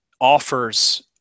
offers